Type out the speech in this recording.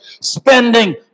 spending